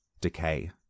decay